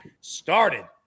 started